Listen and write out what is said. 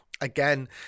Again